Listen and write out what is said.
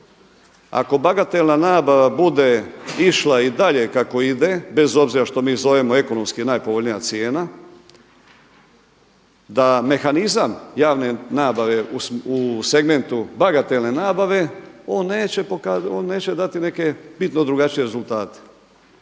ako bagatelna nabava bude išla i dalje kako ide, bez obzira kako mi zovemo ekonomski najpovoljnija cijena, da mehanizam javne nabave u segmentu bagatelne nabave on neće dati neke bitno drugačije rezultate,